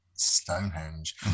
stonehenge